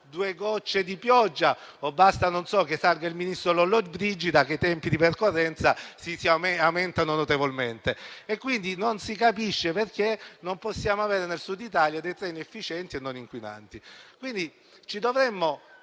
due gocce di pioggia o - non so - che salga il ministro Lollobrigida, perché i tempi di percorrenza aumentino notevolmente. Non si capisce perché non possiamo avere nel Sud Italia dei treni efficienti e non inquinanti. Ci dovremmo